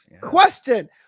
question